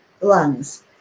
lungs